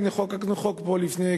הנה, חוקקנו חוק פה לפני כשנה,